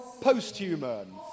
post-human